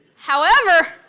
however,